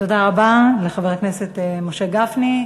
תודה רבה לחבר הכנסת משה גפני.